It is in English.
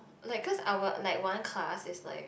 like cause our like one class is like